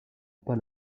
pas